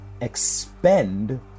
expend